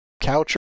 couch